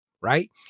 Right